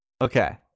Okay